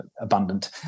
abundant